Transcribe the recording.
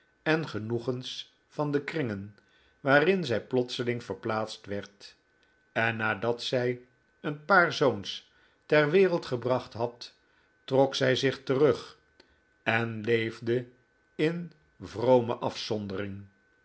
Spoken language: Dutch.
en genoegens van de kringen waarin zij plotseling verplaatst werd en nadat zij een paar zoons ter wereld gebracht had trok zij zich terug en leefde in vrome afzondering